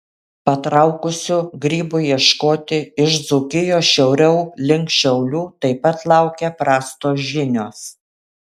patraukusių grybų ieškoti iš dzūkijos šiauriau link šiaulių taip pat laukia prastos žinios